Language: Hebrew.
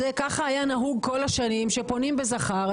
ככה היה נהוג כל השנים שפונים בזכר,